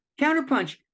Counterpunch